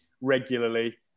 regularly